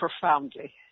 profoundly